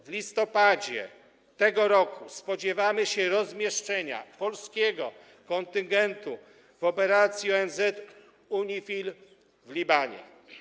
W listopadzie tego roku spodziewamy się rozmieszczenia polskiego kontyngentu w operacji ONZ UNIFIL w Libanie.